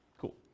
cool